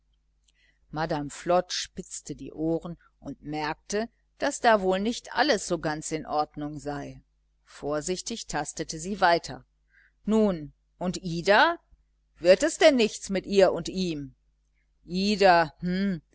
madame flod spitzte die ohren und merkte daß da wohl nicht alles so ganz in ordnung sei vorsichtig tastete sie weiter nun und ida wird es denn nichts mit ihr und ihm ida